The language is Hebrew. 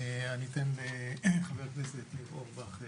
אני אתן לחבר הכנסת ניר אורבך לפתוח.